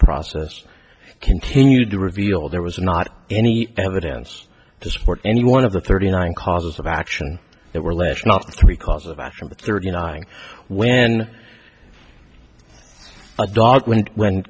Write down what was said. process continued to reveal there was not any evidence to support any one of the thirty nine causes of action that were left not because of us from the thirty nine when a dog went when